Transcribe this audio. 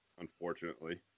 unfortunately